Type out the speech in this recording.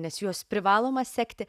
nes juos privaloma sekti